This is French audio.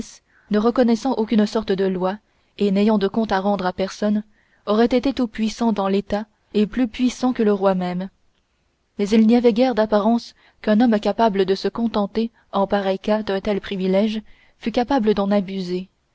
ne reconnaissant aucune sorte de loi et n'ayant de compte à rendre à personne aurait été tout-puissant dans l'état et plus puissant que le roi même mais il n'y avait guère d'apparence qu'un homme capable de se contenter en pareil cas d'un tel privilège fût capable d'en abuser